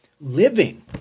living